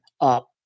up